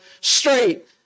straight